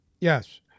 Yes